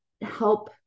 help